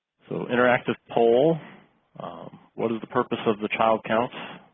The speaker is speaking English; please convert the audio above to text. so interactive poll what is the purpose of the child counts